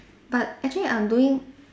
but actually I'm doing